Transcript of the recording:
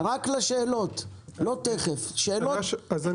מה עם